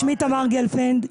שמי תמר גלפנד,